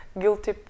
guilty